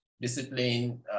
Discipline